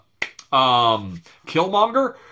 Killmonger